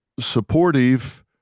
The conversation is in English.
supportive